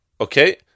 okay